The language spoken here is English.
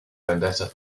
vendetta